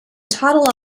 toddle